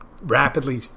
Rapidly